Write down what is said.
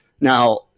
now